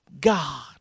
God